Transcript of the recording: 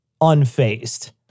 unfazed